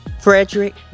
Frederick